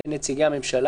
בין נציגי הממשלה,